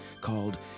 called